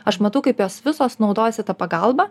aš matau kaip jos visos naudojasi ta pagalba